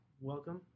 welcome